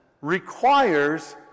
requires